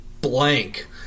blank